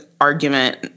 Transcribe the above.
argument